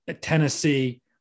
Tennessee